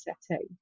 setting